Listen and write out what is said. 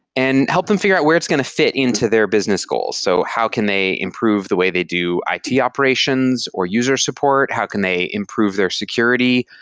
and help them figure out where it's going to fit into their business goals. so how can they improve the way they do it operations or user support. how can they improve their security?